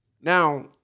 Now